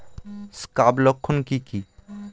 Scab লক্ষণ গুলো কি কি?